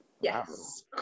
Yes